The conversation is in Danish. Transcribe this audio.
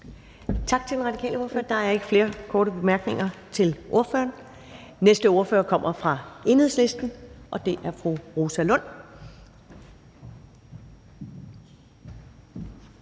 Tak til den radikale ordfører. Der er ikke flere korte bemærkninger til ordføreren. Den næste ordfører kommer fra Enhedslisten, og det er fru Rosa Lund.